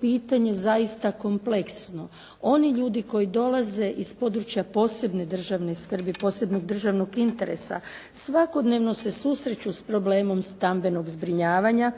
pitanje zaista kompleksno, oni ljudi koji dolaze iz područja posebne državne skrbi, posebnog državnog interesa, svakodnevno se susreću s problemom stambenog zbrinjavanja